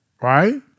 Right